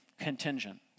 contingent